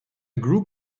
group